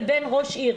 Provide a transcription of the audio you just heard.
לבין ראש עיר.